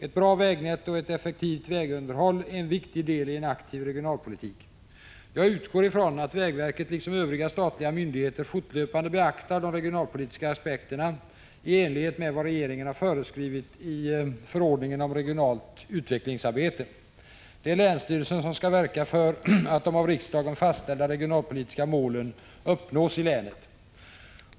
Ett bra vägnät och ett effektivt vägunderhåll är en viktig del i en aktiv regionalpolitik. Jag utgår från att vägverket liksom övriga statliga myndigheter fortlöpande beaktar de regionalpolitiska aspekterna i enlighet med vad regeringen har föreskrivit i förordningen om regionalt utvecklingsarbete. Det är länsstyrelsen som skall verka för att de av riksdagen fastställda regionalpolitiska målen uppnås i länet.